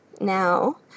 now